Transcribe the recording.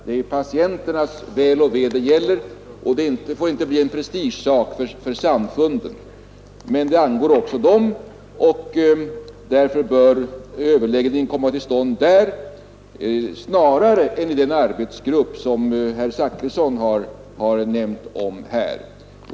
Det är deras väl och ve det gäller. Det får inte bli en prestigesak för samfunden, men det angår också dem, och därför bör överläggning komma till stånd på det sätt jag nämnt snarare än i den arbetsgrupp som herr Zachrisson har talat om.